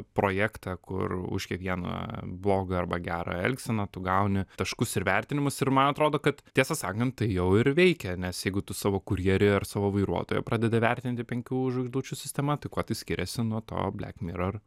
projektą kur už kiekvieną blogą arba gerą elgseną tu gauni taškus ir vertinimus ir man atrodo kad tiesą sakant tai jau ir veikia nes jeigu tu savo kurjerį ar savo vairuotoją pradedi vertinti penkių žvaigždučių sistema tai kuo tai skiriasi nuo to black mirror